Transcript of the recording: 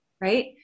Right